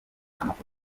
amafoto